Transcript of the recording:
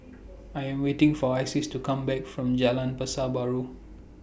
I Am waiting For Isis to Come Back from Jalan Pasar Baru